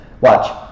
Watch